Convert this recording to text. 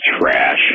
trash